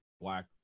black